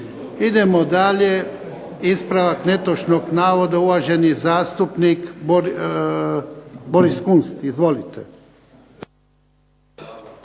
Idemo dalje. Ispravak netočnog navoda, uvaženi zastupnik Boris Kunst. Izvolite.